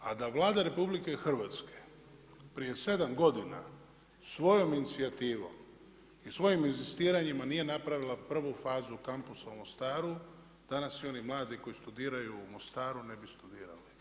A da Vlada RH, prije 7 g. svojom inicijativom i svojom inzistiranjem nije napravila prvu fazu kampusa u Mostaru, danas oni mladi koji studiraju u Mostaru, ne bi studirali.